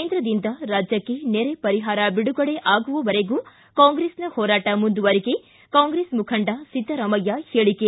ಕೇಂದ್ರದಿಂದ ರಾಜ್ಯಕ್ಷೆ ನೆರೆ ಪರಿಹಾರ ಬಿಡುಗಡೆ ಆಗುವವರೆಗೂ ಕಾಂಗ್ರೆಸ್ನ ಹೋರಾಟ ಮುಂದುವರಿಕೆ ಕಾಂಗ್ರೆಸ್ ಮುಖಂಡ ಸಿದ್ದರಾಮಯ್ಯ ಹೇಳಿಕೆ